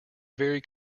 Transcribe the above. very